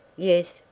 yes,